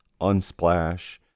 unsplash